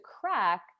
crack